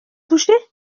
touché